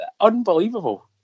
unbelievable